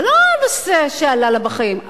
זה לא הנושא שעלה לה בחיים.